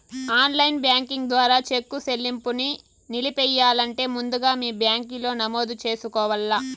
online banking ద్వారా cheque సెల్లింపుని నిలిపెయ్యాలంటే ముందుగా మీ బ్యాంకిలో నమోదు చేసుకోవల్ల